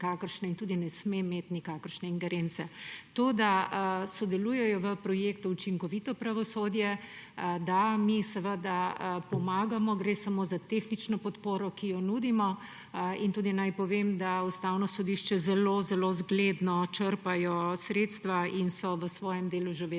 in tudi ne sme imeti nikakršne ingerence. To, da sodelujejo v projektu Učinkovito pravosodje – da, mi seveda pomagamo. Gre samo za tehnično podporo, ki jo nudimo. Naj tudi povem, da na Ustavnem sodišču zelo zelo zgledno črpajo sredstva in so v svojem delu že